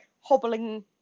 hobbling